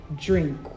drink